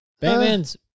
Batman's